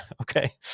okay